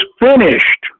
finished